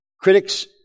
Critics